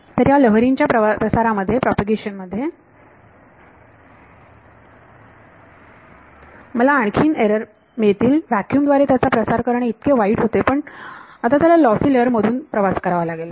तर या लहरीच्या प्रसारामध्ये मला आणखी एरर प्राप्त होतील व्हॅक्यूम द्वारे त्याचा प्रसार करणे इतके वाईट होतेपण आता त्याला लॉसी लेअर मधून प्रवास करावा लागेल